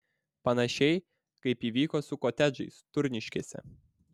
panašiai kaip įvyko su kotedžais turniškėse